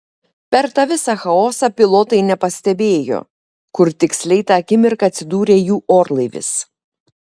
per tą visą chaosą pilotai nepastebėjo kur tiksliai tą akimirką atsidūrė jų orlaivis